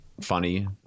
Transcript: funny